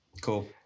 Cool